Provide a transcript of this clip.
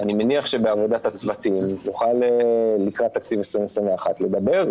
אני מניח שבעבודת הצוותים לקראת תקציב 2021 נוכל לדבר,